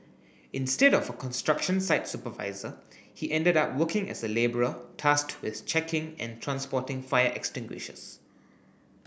instead of a construction site supervisor he ended up working as a labourer tasked with checking and transporting fire extinguishers